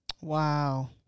Wow